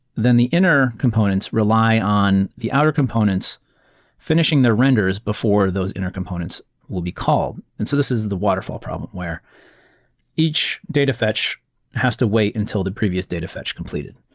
then the inner components rely on the outer components finishing the renders before those inner components will be called. and so this is the waterfall problem, where each data fetch has to wait until the previous data fetch completed,